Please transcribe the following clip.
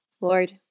Lord